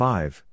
Five